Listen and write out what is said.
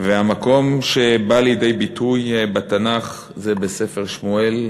המקום שבו בא הדבר לידי ביטוי בתנ"ך הוא ספר שמואל,